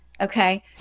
Okay